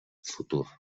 futur